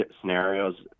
scenarios